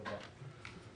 תודה.